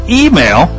email